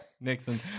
Nixon